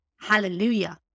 Hallelujah